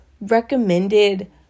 recommended